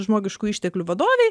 žmogiškų išteklių vadovei